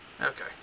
Okay